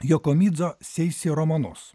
jokomidzo seisi romanus